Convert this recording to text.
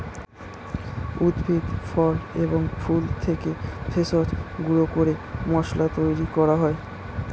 উদ্ভিদ, ফল এবং ফুল থেকে ভেষজ গুঁড়ো করে মশলা তৈরি করা হয়